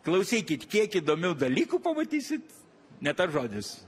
klausykit kiek įdomių dalykų pamatysit ne tas žodis